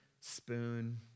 spoon